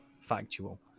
factual